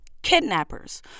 kidnappers